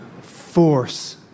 force